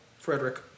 Frederick